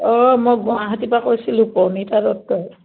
অঁ মই গুৱাহাটীৰপৰা কৈছিলোঁ প্ৰণীতা দত্তই